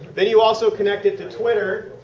then you also connect it to twitter.